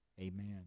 Amen